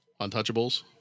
untouchables